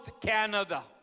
Canada